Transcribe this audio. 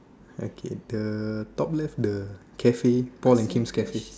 okay the top left the Cafe Paul and Kim's cafe